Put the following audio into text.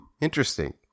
interesting